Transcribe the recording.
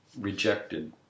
rejected